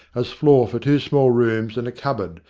as floor for two small rooms and a cupboard,